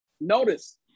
Notice